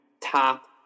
top